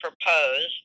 proposed